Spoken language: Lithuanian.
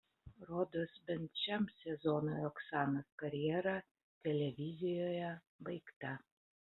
rodos bent šiam sezonui oksanos karjera televizijoje baigta